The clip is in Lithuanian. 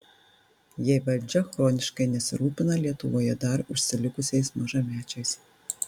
jei valdžia chroniškai nesirūpina lietuvoje dar užsilikusiais mažamečiais